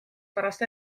pärast